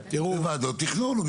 כאן פתרון,